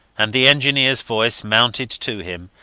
and the engineers voice mounted to him,